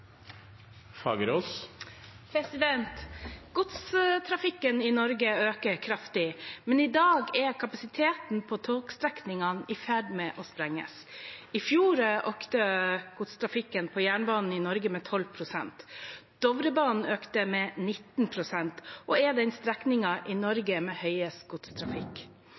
i Norge vokser kraftig, men i dag er kapasiteten på togstrekningene i ferd med å sprenges. I fjor økte godstrafikken på jernbanen i Norge med 12 pst. Dovrebanen økte med hele 19 pst. og er den strekningen i Norge med høyest godstrafikk.